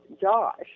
Josh